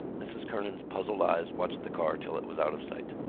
mrs. kernan's puzzled eyes watched the car till it was out of sight.